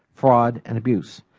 fraud and abuse.